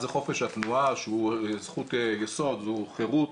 האחד זה חופש התנועה, שהוא זכות יסוד והוא חירות.